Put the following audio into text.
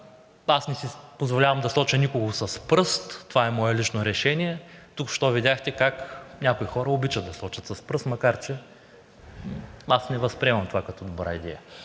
Не си позволявам да соча никого с пръст и това е мое лично решение. Току-що видяхте как някои хора обичат да сочат с пръст, макар че не възприемам това, което правите